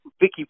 Vicky